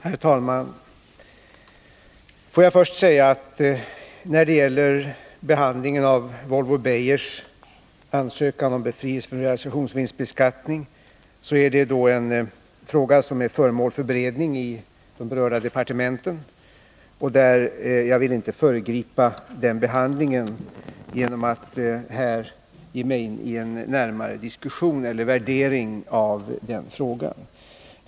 Herr talman! Får jag först säga att Volvo-Beijers ansökan om befrielse från realisationsvinstbeskattning är föremål för beredning i de berörda departementen och att jag inte vill föregripa den behandlingen genom att här ge mig in i en närmare diskussion eller värdering av den frågan.